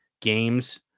games